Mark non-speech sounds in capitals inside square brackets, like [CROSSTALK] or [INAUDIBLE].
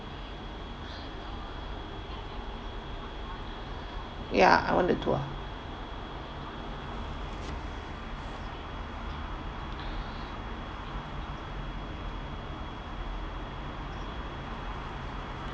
[BREATH] ya I want the tour